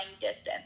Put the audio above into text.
distance